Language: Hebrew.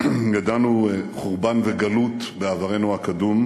ידענו חורבן וגלות בעברנו הקדום,